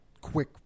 quick